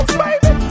baby